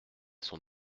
son